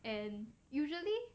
and usually